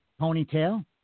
ponytail